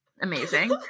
amazing